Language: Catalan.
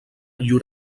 llur